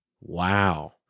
Wow